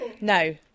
No